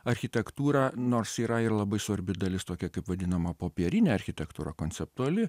architektūrą nors yra ir labai svarbi dalis tokia kaip vadinama popierinė architektūra konceptuali